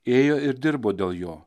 ėjo ir dirbo dėl jo